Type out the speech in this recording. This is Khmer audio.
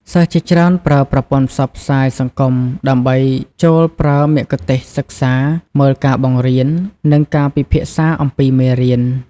សិស្សជាច្រើនប្រើប្រព័ន្ធផ្សព្វផ្សាយសង្គមដើម្បីចូលប្រើមគ្គុទ្ទេសក៍សិក្សា មើលការបង្រៀន និងការពិភាក្សាអំពីមេរៀន។